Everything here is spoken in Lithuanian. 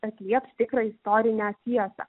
atlieps tikrą istorinę tiesą